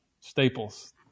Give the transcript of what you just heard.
Staples